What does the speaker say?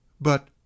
But